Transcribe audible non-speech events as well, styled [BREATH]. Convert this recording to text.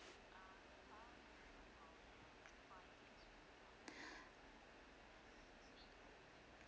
[BREATH]